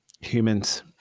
humans